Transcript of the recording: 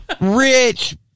rich